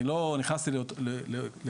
אני לא נכנס לפירוטים,